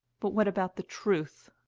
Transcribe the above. but what about the truth?